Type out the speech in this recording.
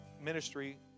ministry